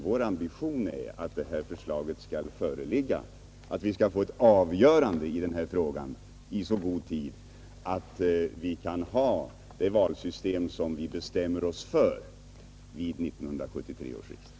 Vår ambition är dock att detta förslag skall föreligga och att vi skall få ett avgörande i denna fråga i så god tid att vi 1973 kan tillämpa det valsystem som vi bestämmer oss för.